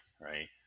right